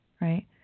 right